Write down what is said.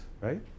right